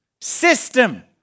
system